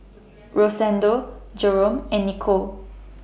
Rosendo Jerome and Nico